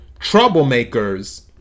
troublemakers